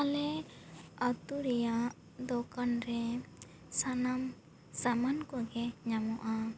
ᱟᱞᱮ ᱟᱛᱳ ᱨᱮᱭᱟᱜ ᱫᱚᱠᱟᱱ ᱨᱮ ᱥᱟᱱᱟᱢ ᱥᱟᱢᱟᱱ ᱠᱚᱜᱮ ᱧᱟᱢᱚᱜᱼᱟ